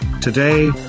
today